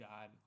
God